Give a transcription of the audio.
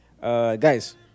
Guys